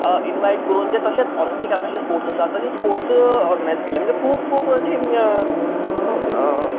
invite करून जें तशें ऑलिंपिका भशेन स्पोर्ट्स आसा तशे स्पोर्ट्स ऑर्गनायज केले म्हणचे खूब खूब अशी